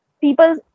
People